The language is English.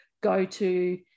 go-to